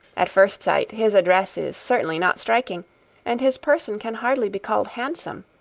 at first sight, his address is certainly not striking and his person can hardly be called handsome,